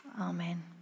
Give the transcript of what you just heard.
Amen